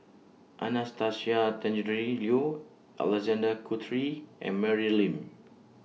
Anastasia Tjendri Liew Alexander Guthrie and Mary Lim